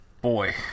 Boy